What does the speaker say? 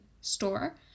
store